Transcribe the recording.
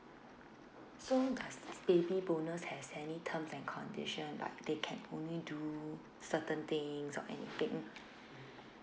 so does this baby bonus as any terms like condition like they can only do certain things or anything